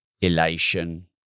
elation